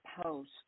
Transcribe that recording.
post